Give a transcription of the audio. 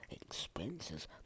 expenses